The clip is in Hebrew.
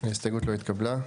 0 ההסתייגות לא התקבלה.